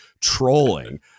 trolling